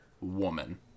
woman